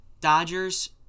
Dodgers